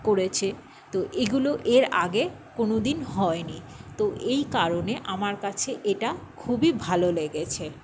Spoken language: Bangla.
করেছে তো এগুলো এর আগে কোনোদিন হয়নি তো এই কারণে আমার কাছে এটা খুবই ভালো লেগেছে